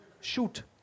Shoot